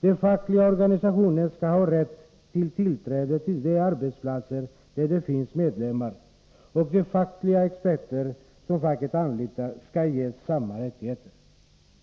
Den fackliga organisationen skall ha rätt till tillträde till de arbetsplatser där det finns medlemmar, och de fackliga experter som facket anlitar skall ges samma rättigheter.